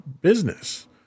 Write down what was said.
business